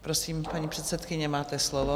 Prosím, paní předsedkyně, máte slovo.